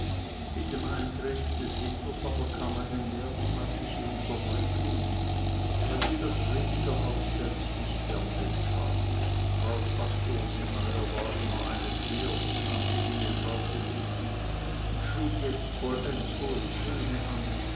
mit dem eintreten des winters aber kam eine mehrmonatige unterbrechung weil sie das predigerhaus selbst nicht gern betrat frau pastor niemeyer war immer eine sehr unangenehme frau gewesen und schlug jetzt vollends hohe töne an